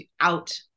out